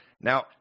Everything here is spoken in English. now